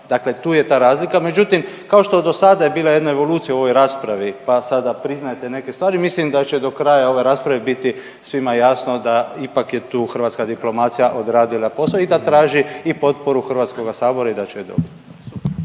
Dakle, tu je ta razlika. Međutim kao što dosada je bila jedna evolucija u ovoj raspravi pa sada priznajete neke stvari mislim da će do kraja ove rasprave biti svima jasno da ipak je tu hrvatska diplomacija odradila posao i da traži potporu i Hrvatskoga sabora i da će je dobiti.